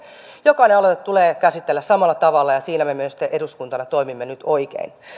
jokainen aloite tulee käsitellä samalla tavalla ja siinä me myös eduskuntana toimimme nyt oikein